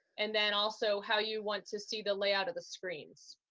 and then also, how you want to see the layout of the screens.